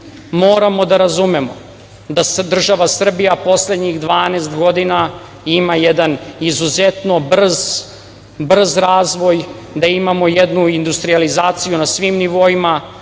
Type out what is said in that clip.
Srbije. Moramo da razumemo da država Srbija poslednjih 12 godina ima jedan izuzetno brz razvoj, da imamo jednu industrijalizaciju na svim nivoima,